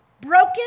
broken